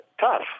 tough